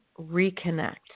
reconnect